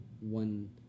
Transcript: one